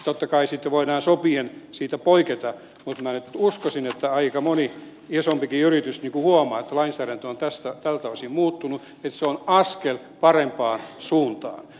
totta kai sitten voidaan sopien siitä poiketa mutta minä nyt uskoisin että aika moni isompikin yritys huomaa että lainsäädäntö on tältä osin muuttunut niin että se on askel parempaan suuntaan